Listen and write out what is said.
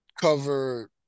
cover